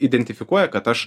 identifikuoja kad aš